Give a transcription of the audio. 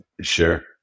Sure